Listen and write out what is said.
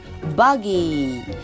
buggy